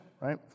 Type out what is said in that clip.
right